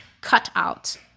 cutout